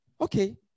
Okay